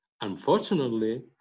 unfortunately